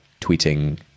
tweeting